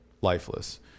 lifeless